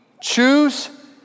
choose